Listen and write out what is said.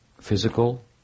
physical